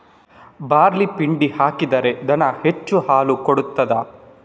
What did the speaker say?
Barley ಪಿಂಡಿ ಹಾಕಿದ್ರೆ ದನ ಹೆಚ್ಚು ಹಾಲು ಕೊಡ್ತಾದ?